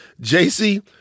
JC